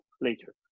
later